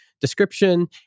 description